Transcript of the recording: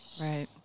Right